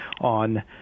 On